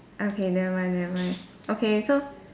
okay never mind never mind okay so